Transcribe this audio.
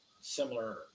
similar